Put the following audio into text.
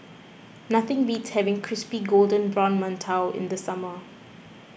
nothing beats having Crispy Golden Brown Mantou in the summer